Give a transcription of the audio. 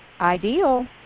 ideal